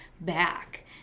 back